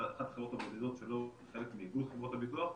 אחת החברות הבודדות שהיא לא חלק מאיגוד חברות הביטוח.